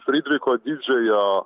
fridriko didžiojo